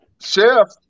Chef